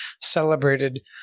celebrated